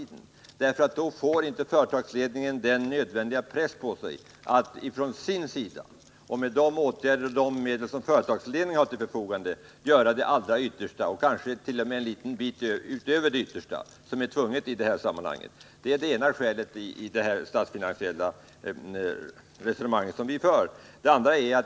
Då får inte företagsledningen den nödvändiga pressen på sig att vidta åtgärder och sätta in de medel man har till sitt förfogande —att göra sitt yttersta och kanske något därutöver. Det är nämligen tvunget i sammanhanget. Det är det ena skälet till det statsfinansiella resonemang som vi för.